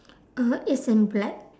uh it's in black